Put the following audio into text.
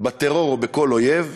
בטרור ובכל אויב.